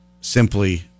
simply